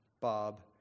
Bob